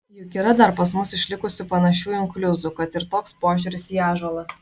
juk yra dar pas mus išlikusių panašių inkliuzų kad ir toks požiūris į ąžuolą